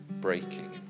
breaking